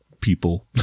people